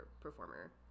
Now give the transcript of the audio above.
performer